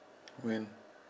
when